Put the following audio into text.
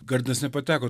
gardinas nepateko